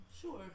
Sure